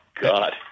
God